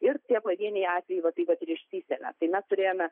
ir tie pavieniai atvejai va taivat ir išsisemia tai mes turėjome